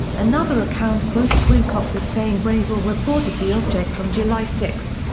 another account quotes wilcox as saying brazel reported the object on july six.